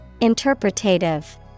Interpretative